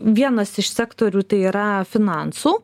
vienas iš sektorių tai yra finansų